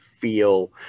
feel